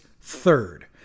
third